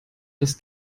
dass